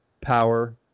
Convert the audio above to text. power